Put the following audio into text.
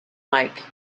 like